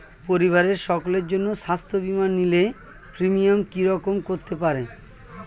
পরিবারের সকলের জন্য স্বাস্থ্য বীমা নিলে প্রিমিয়াম কি রকম করতে পারে?